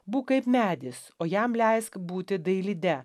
būk kaip medis o jam leisk būti dailide